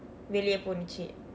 வெளியே போனது:veliyee poonathu